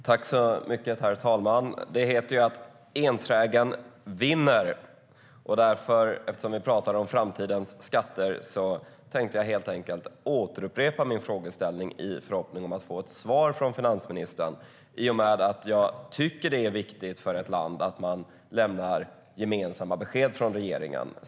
Herr talman! Det heter att trägen vinner. Eftersom vi pratar om framtidens skatter tänkte jag helt enkelt upprepa min frågeställning i förhoppning om att få ett svar från finansministern. Jag tycker att det är viktigt för ett land att man lämnar gemensamma besked från regeringen.